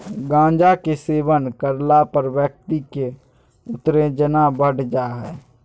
गांजा के सेवन करला पर व्यक्ति के उत्तेजना बढ़ जा हइ